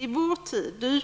I vår tid då